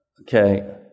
Okay